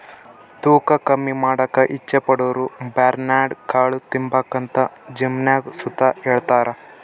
ತೂಕ ಕಮ್ಮಿ ಮಾಡಾಕ ಇಚ್ಚೆ ಪಡೋರುಬರ್ನ್ಯಾಡ್ ಕಾಳು ತಿಂಬಾಕಂತ ಜಿಮ್ನಾಗ್ ಸುತ ಹೆಳ್ತಾರ